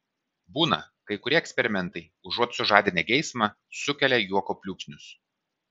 būna kai kurie eksperimentai užuot sužadinę geismą sukelia juoko pliūpsnius